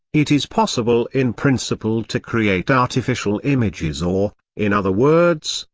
it is possible in principle to create artificial images or, in other words,